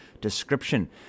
description